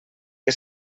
que